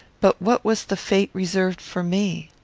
but what was the fate reserved for me?